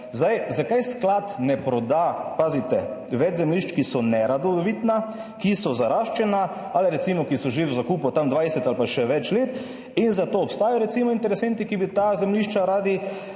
Zakaj sklad ne proda, pazite, več zemljišč, ki so nerodovitna, ki so zaraščena ali recimo, ki so že v zakupu tam 20 ali pa še več let in za to obstajajo recimo interesenti, ki bi ta zemljišča radi